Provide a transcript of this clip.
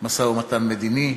משא-ומתן מדיני,